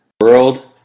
World